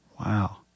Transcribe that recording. Wow